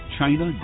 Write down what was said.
China